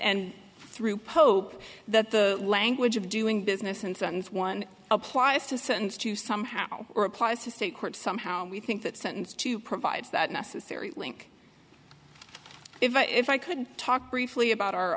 and through pope that the language of doing business in sentence one applies to sentence to somehow or applies to state court somehow we think that sentence to provides that necessary link if i could talk briefly about our